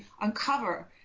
uncover